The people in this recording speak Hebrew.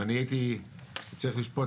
אם הייתי צריך לשפוט,